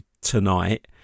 tonight